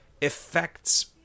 Effects